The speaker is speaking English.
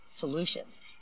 solutions